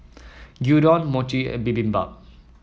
Gyudon Mochi and Bibimbap